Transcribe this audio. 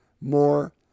more